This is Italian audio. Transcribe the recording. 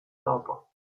dopo